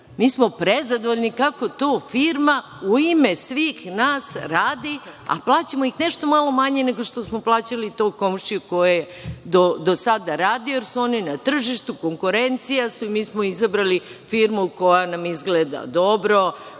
smo prezadovoljni kako to firma u ime svih nas radi, a plaćamo ih nešto malo manje nego što smo plaćali tog komšiju koji je do sada radio, jer su oni na tržištu konkurencija su. Mi smo izabrali firmu koja nam izgleda dobro,